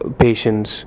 patients